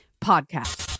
Podcast